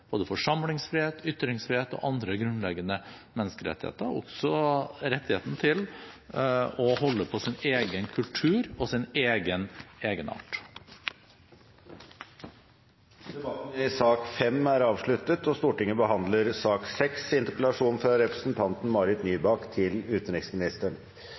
både forsamlingsfrihet, ytringsfrihet og andre grunnleggende menneskerettigheter, også rettigheten til å holde på sin egen kultur og sin egen egenart. Debatten i sak nr. 5 er avsluttet.